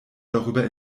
darüber